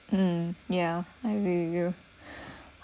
mm yeah I agree with you